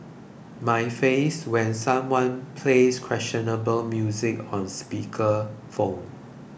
my face when someone plays questionable music on speaker phone